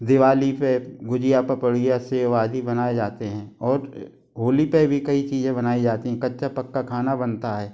दीवाली पर गुझिया पपड़ी या सेव आदि बनाए जाते हैं और होली पर भी कई चीजें बनाई जाती कच्चा पक्का खाना बनता है